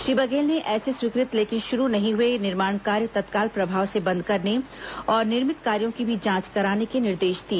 श्री बघेल ने ऐसे स्वीकृत लेकिन शुरू नहीं हुए निर्माण कार्य तत्काल प्रभाव से बंद करने और निर्मित कार्यों की भी जांच कराने के निर्देश दिए